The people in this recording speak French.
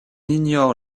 ignore